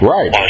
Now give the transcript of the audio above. Right